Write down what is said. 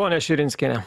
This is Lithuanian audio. ponia širinskiene